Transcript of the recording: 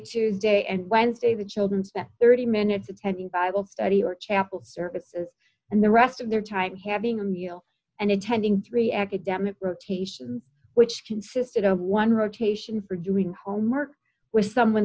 tuesday and wednesday the children spent thirty minutes attending bible study or chapel services and the rest of their time having a meal and attending three academic rotations which consisted of one rotation for doing homework with someone